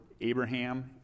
Abraham